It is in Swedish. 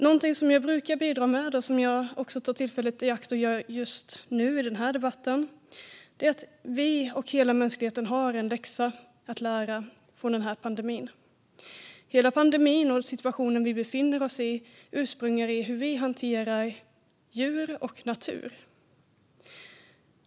Någonting som jag brukar bidra med och även vill ta tillfället i akt att bidra med i denna debatt är att vi och hela mänskligheten har en läxa att lära av denna pandemi. Hela pandemin och den situation vi befinner oss i har sitt ursprung i hur vi hanterar djur och natur.